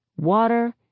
water